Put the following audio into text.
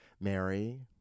Mary